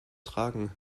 tragen